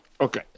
Okay